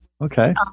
Okay